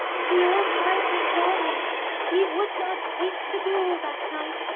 the old miser saw me he would not taste the gruel that night,